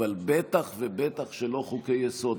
אבל בטח ובטח שלא חוקי-יסוד.